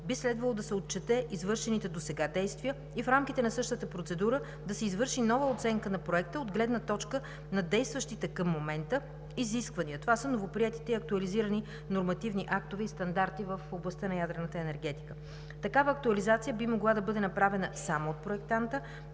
би следвало да се отчетат извършените досега действия и в рамките на същата процедура да се извърши нова оценка на Проекта от гледна точка на действащите към момента изисквания – това са новоприетите и актуализирани нормативни актове и стандарти в областта на ядрената енергетика. Такава актуализация би могла да бъде направена само от проектанта,